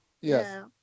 Yes